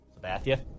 sabathia